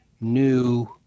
new